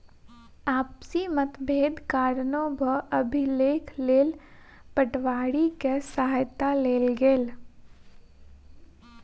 आपसी मतभेदक कारणेँ भू अभिलेखक लेल पटवारी के सहायता लेल गेल